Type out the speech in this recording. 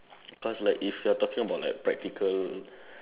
cause like if you're talking about like practical